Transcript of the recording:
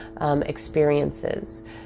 experiences